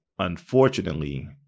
Unfortunately